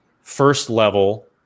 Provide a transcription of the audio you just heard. first-level